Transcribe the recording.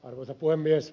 arvoisa puhemies